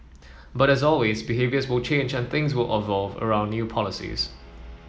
but as always behaviours will change and things will around new policies